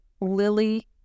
Lily